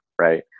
right